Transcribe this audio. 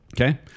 Okay